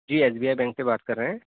G S B I bank سے بات کر رہے ہیں